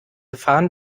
gefahren